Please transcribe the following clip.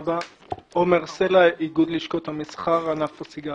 עומר סלע, איגוד לשכות המסחר, ענף הסיגריות.